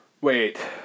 Wait